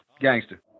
Gangster